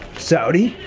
saudi.